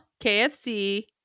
KFC